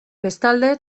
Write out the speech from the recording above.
bestalde